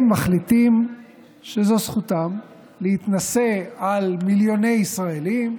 הם מחליטים שזכותם להתנשא על מיליוני ישראלים,